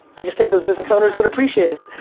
i just think those business owners would appreciate it.